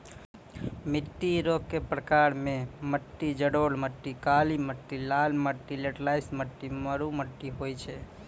मिट्टी रो प्रकार मे मट्टी जड़ोल मट्टी, काली मट्टी, लाल मट्टी, लैटराईट मट्टी, मरु मट्टी होय छै